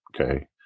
okay